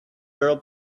girl